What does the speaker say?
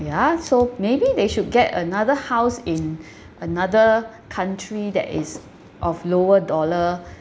ya so maybe they should get another house in another country that is of lower dollar